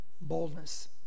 Boldness